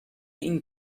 این